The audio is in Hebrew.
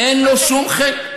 אבל גם זה משפט עברי.